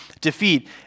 defeat